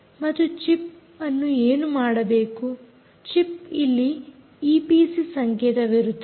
ಮತ್ತು ಚಿಪ್ ಅನ್ನು ಏನು ಮಾಡಬೇಕು ಚಿಪ್ ಅಲ್ಲಿ ಈಪಿಸಿ ಸಂಕೇತವಿರುತ್ತದೆ